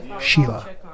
Sheila